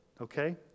Okay